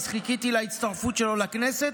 אז חיכיתי להצטרפות שלו לכנסת.